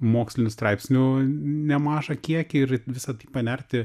mokslinių straipsnių nemažą kiekį ir į visa tai panerti